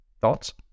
Thoughts